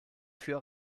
für